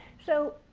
so